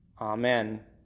Amen